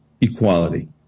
equality